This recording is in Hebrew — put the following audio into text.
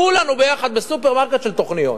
כולנו ביחד בסופרמרקט של תוכניות.